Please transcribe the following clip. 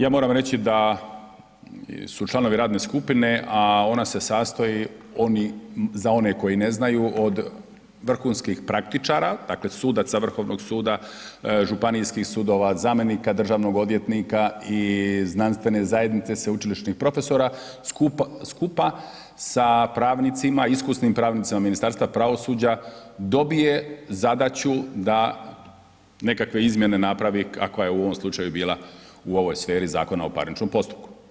Ja moram reći da su članovi radne skupine, a ona se sastoji, oni, za one koji ne znaju, od vrhunskih praktičara, dakle sudaca Vrhovnog suda, županijskih sudova, zamjenika državnog odvjetnika i znanstvene zajednice sveučilišnih profesora skupa sa pravnicima, iskusnim pravnicima Ministarstva pravosuđa dobije zadaću da nekakve izmjene napravi, kakva je u ovom slučaju bila u ovoj sferi Zakona o parničnom postupku.